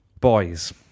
Boys